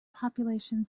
population